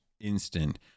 instant